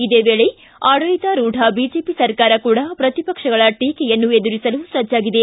ಇದೇ ವೇಳೆ ಆಡಳಿತರೂಢ ಬಿಜೆಪಿ ಸರ್ಕಾರ ಕೂಡ ಪ್ರತಿಪಕ್ಷಗಳ ಟೀಕೆಯನ್ನು ಎದುರಿಸಲು ಸಜ್ಜಾಗಿದೆ